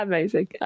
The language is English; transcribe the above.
Amazing